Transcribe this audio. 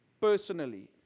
personally